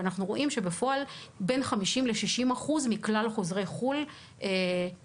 ואנחנו רואים שבפועל בין 50 ל-60 אחוזים מכלל חוזרי חו"ל נבדקים.